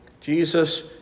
Jesus